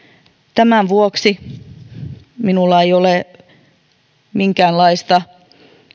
tämän vuoksi minulla ei ole minkäänlaista